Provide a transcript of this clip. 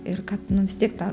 ir kad nu vis tiek ta